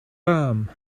arm